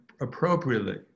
appropriately